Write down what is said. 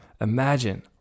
Imagine